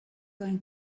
going